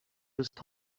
horses